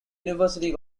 university